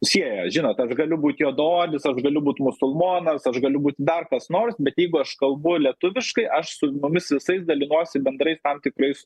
sieja žinot aš galiu būt juodaodis aš galiu būti musulmonas aš galiu būt dar kas nors bet jeigu aš kalbu lietuviškai aš su mumis visais dalinuosi bendrai tam tikrais